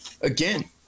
again